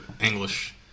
English